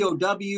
POW